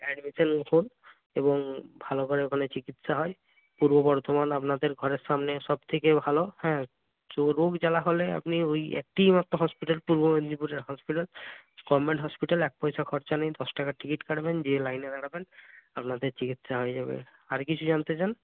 admission হোন এবং ভালো করে ওখানে চিকিৎসা হয় পূর্ব বর্ধমান আপনাদের ঘরের সামনে সব থেকে ভালো হ্যাঁ শুধু রোগ জ্বালা হলে আপনি ওই একটিই মাত্র হসপিটাল পূর্ব মেদিনীপুরের হসপিটাল গভর্নমেন্ট হসপিটাল এক পয়সা খরচা নেই দশ টাকার টিকিট কাটবেন দিয়ে লাইনে দাঁড়াবেন আপনাদের চিকিৎসা হয়ে যাবে আর কিছু জানতে চান